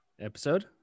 Episode